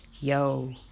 yo